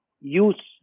use